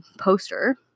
poster